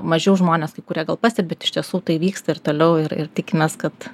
mažiau žmonės kaikurie gal pastebi iš tiesų tai vyksta ir toliau ir ir tikimės kad